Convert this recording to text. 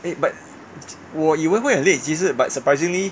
eh but 我以为会很累其实 but surprisingly